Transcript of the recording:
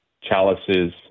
chalices